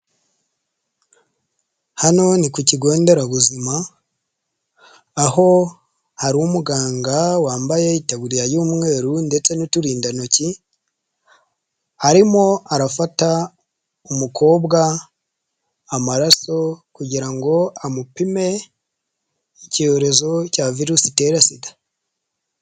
Hano ni ku kigo nderabuzima aho hari umuganga wambaye itaburiya y'umweru ndetse n'uturindantoki arimo arafata umukobwa amaraso kugira ngo amupime icyorezo cya virusi itera sida.